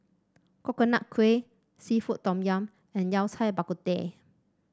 Coconut Kuih seafood Tom Yum and Yao Cai Bak Kut Teh